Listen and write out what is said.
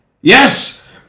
Yes